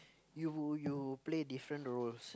you you play different roles